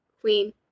queen